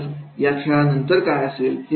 आणि खेळानंतर काय असेल